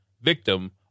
victim